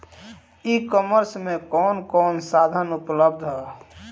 ई कॉमर्स में कवन कवन साधन उपलब्ध ह?